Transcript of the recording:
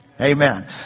Amen